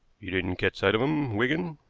you didn't catch sight of him, wigan?